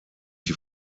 die